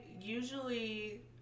usually